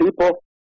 people